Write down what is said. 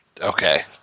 okay